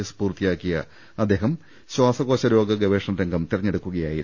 S പൂർത്തിയാക്കിയ അദ്ദേഹം ശ്വാസ കോശരോഗ ഗവേഷണരംഗം തെരഞ്ഞെടുക്കുകയായിരുന്നു